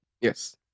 Yes